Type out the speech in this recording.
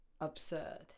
absurd